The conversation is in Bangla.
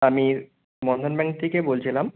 আমি বন্ধন ব্যাংক থেকে বলছিলাম